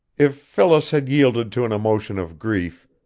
if phyllis had yielded to an emotion of grief,